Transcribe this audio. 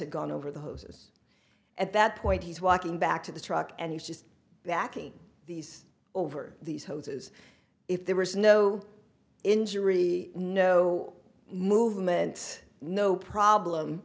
had gone over the hoses at that point he's walking back to the truck and he's just backing these over these hoses if there was no injury no movement no problem